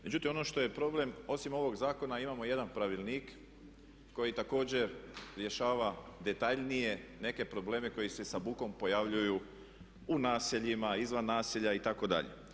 Međutim, ono što je problem osim ovog zakona imamo jedan pravilnik koji također rješava detaljnije neke probleme koji se sa bukom pojavljuju u naseljima, izvan naselja itd.